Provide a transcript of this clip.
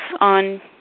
on